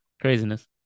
Craziness